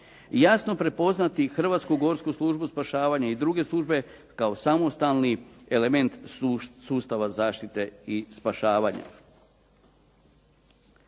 jasno prepoznati Hrvatsku gorsku službu spašavanja i druge službe kao samostalni element sustava zaštite i spašavanja.